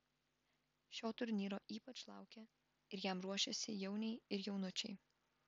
šio turnyro ypač laukia ir jam ruošiasi jauniai ir jaunučiai